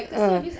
uh